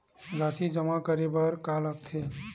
राशि जमा करे बर का का लगथे?